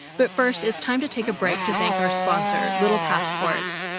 but first, it's time to take a break to thank our sponsor, little passports,